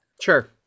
sure